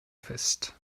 fest